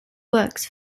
works